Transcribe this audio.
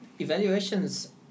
evaluations